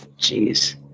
Jeez